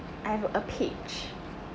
I have a page